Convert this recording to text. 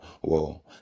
whoa